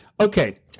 Okay